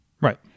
Right